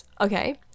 okay